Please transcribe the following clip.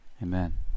Amen